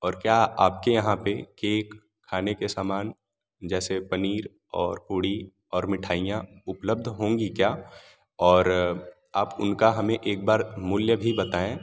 और क्या आपके यहाँ पर केक खाने के समान जैसे पनीर और पूरी और मिठाइयाँ उपलब्ध होंगी क्या और आप उनका हमें एक बार मूल्य भी बताएँ